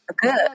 Good